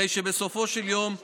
הרי שבסופו של יום הוכח,